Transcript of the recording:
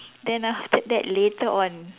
then after that later on